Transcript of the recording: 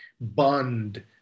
bond